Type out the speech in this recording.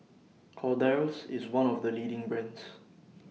Kordel's IS one of The leading brands